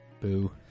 Boo